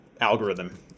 algorithm